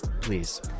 please